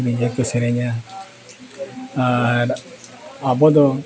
ᱨᱤᱡᱷᱟᱹ ᱠᱚ ᱥᱮᱨᱮᱧᱟ ᱟᱨ ᱟᱵᱚ ᱫᱚ